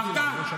פחדן.